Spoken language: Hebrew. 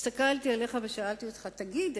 הסתכלתי עליך ושאלתי אותך: תגיד,